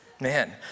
Man